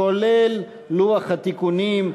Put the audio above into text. כולל לוח התיקונים,